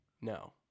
No